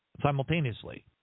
simultaneously